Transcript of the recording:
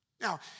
Now